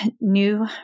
new